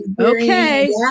okay